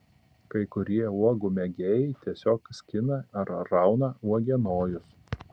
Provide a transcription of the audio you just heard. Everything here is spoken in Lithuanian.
kai kurie uogų mėgėjai tiesiog skina ar rauna uogienojus